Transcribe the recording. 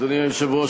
אדוני היושב-ראש,